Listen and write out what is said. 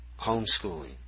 homeschooling